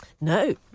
No